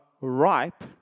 ripe